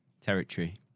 territory